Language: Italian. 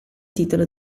titolo